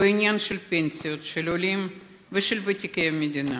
בעניין פנסיות של עולים ושל ותיקי המדינה,